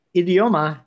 idioma